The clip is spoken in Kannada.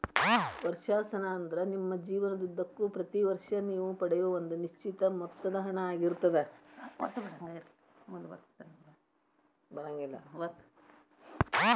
ವರ್ಷಾಶನ ಅಂದ್ರ ನಿಮ್ಮ ಜೇವನದುದ್ದಕ್ಕೂ ಪ್ರತಿ ವರ್ಷ ನೇವು ಪಡೆಯೂ ಒಂದ ನಿಶ್ಚಿತ ಮೊತ್ತದ ಹಣ ಆಗಿರ್ತದ